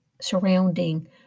surrounding